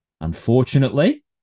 unfortunately